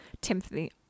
Timothy